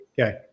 Okay